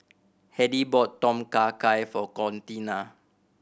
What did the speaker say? Hedy bought Tom Kha Gai for Contina